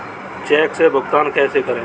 Check से भुगतान कैसे करें?